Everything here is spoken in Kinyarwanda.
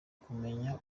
kumenya